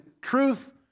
truth